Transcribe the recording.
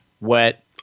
wet